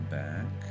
back